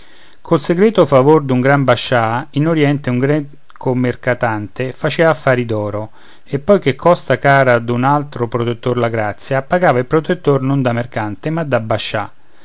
col segreto favor d'un gran bascià in orïente un greco mercatante faceva affari d'oro e poi che costa cara d'un alto protettor la grazia pagava il protettor non da mercante ma da bascià